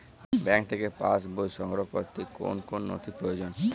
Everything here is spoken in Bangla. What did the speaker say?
ব্যাঙ্ক থেকে পাস বই সংগ্রহ করতে কোন কোন নথি প্রয়োজন?